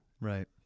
Right